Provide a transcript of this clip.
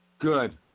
Good